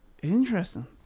Interesting